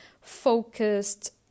focused